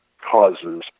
causes